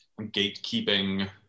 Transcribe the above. gatekeeping